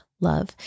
love